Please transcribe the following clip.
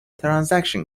transaction